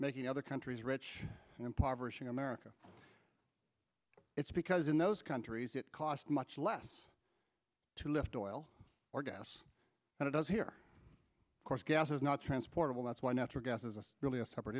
making other countries rich impoverishing america it's because in those countries it cost much less to lift oil or gas and it does here of course gas is not transportable that's why natural gas isn't really a separate